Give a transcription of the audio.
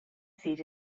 seat